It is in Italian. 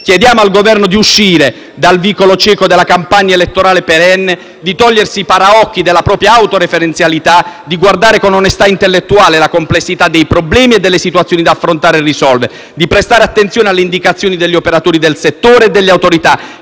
Chiediamo al Governo di uscire dal vicolo cieco della campagna elettorale perenne; di togliersi i paraocchi della propria autoreferenzialità; di guardare con onestà intellettuale la complessità dei problemi e delle situazioni da affrontare e da risolvere; di prestare attenzione alle indicazioni degli operatori del settore e delle autorità